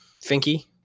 Finky